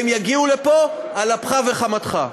והם יגיעו לפה על אפך ועל חמתך.